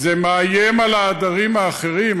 זה מאיים על העדרים האחרים,